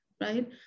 Right